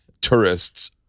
tourists